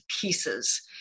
pieces